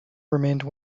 remained